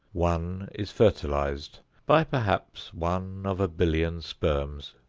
one is fertilized by perhaps one of a billion sperms,